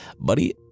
buddy